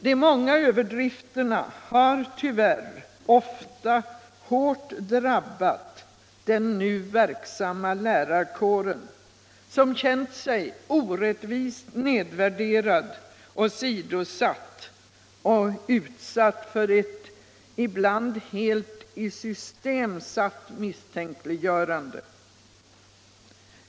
De många överdrifterna har tyvärr ofta hårt drabbat den nu verksamma lärarkåren, som känt sig orättvist nedvärderad, åsidosatt och utsatt för ett ibland helt i system satt misstänkliggörande.